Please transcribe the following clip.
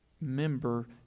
Member